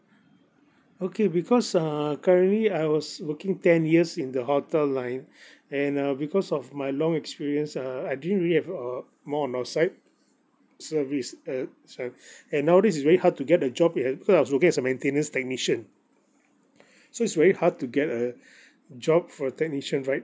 okay because uh currently I was working ten years in the hotel line and uh because of my long experience uh I didn't really have uh more on outside service uh so and nowadays it's very hard to get a job at uh because I was working as a maintenance technician so it's very hard to get a job for a technician right